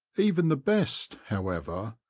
even the best, however,